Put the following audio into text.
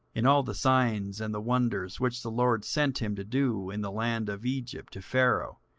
in all the signs and the wonders, which the lord sent him to do in the land of egypt to pharaoh,